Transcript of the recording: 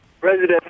President